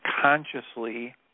consciously